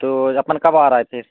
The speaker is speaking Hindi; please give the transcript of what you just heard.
तो अपन कब आ रहे फिर